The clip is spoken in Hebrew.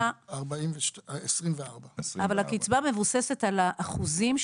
1,224. אבל הקצבה מבוססת על האחוזים,